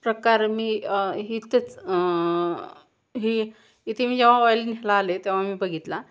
प्रकार मी इथेच ही इथे मी जेव्हा ऑईल न्यायला आले तेव्हा मी बघितला